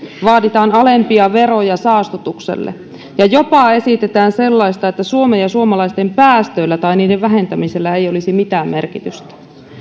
vaaditaan alempia veroja saastutukselle ja jopa esitetään sellaista että suomen ja suomalaisten päästöillä tai niiden vähentämisellä ei olisi mitään merkitystä